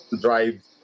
drive